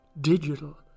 Digital